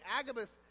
Agabus